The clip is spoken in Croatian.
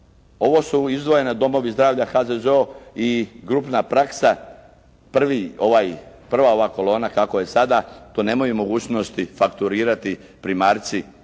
ovo su izdvojeni domovi zdravlja, HZZO i grupna praksa prvi, prva ova kolona kako je sada to nemaju mogućnosti fakturirati primarci